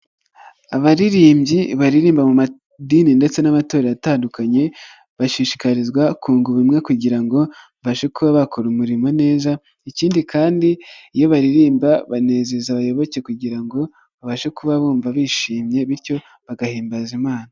Abaririmbyi baririmba mu madini ndetse n'amatorero atandukanye, bashishikarizwa kunga ubumwe kugira ngo mbashe kuba bakora umurimo neza. Ikindi kandi iyo baririmba banezeza abayoboke kugira ngo babashe kuba bumva bishimye, bityo bagahimbaza Imana.